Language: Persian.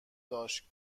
داشت